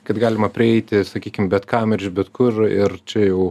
kad galima prieiti sakykim bet kam ir iš bet kur ir čia jau